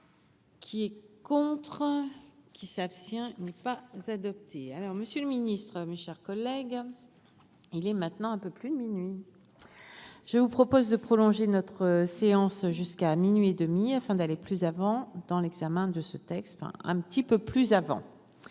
Qui est contre qui s'abstient n'est pas vous adoptez alors Monsieur le Ministre, mes chers collègues. Il est maintenant un peu plus de minuit, je vous propose de prolonger notre séance jusqu'à minuit et demie afin d'aller plus avant dans l'examen de ce texte, enfin un petit peu plus avant,